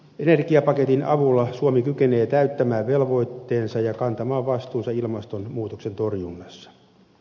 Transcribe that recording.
energiapaketin avulla suomi kykenee täyttämään velvoitteensa ja kantamaan vastuunsa ilmastonmuutoksen torjunnassa